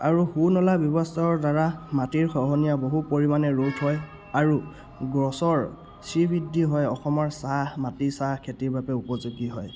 আৰু সুনলা ব্যৱস্থাৰ দ্বাৰা মাটিৰ খহনীয়া বহু পৰিমাণে ৰোধ হয় আৰু গছৰ শ্ৰীবৃদ্ধি হয় অসমৰ চাহ মাটি চাহখেতিৰ বাবে উপযোগী হয়